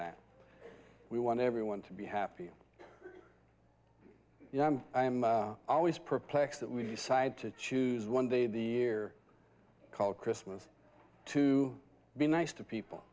that we want everyone to be happy and you know i'm i am always perplexed that we decide to choose one day the year called christmas to be nice to people